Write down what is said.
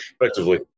effectively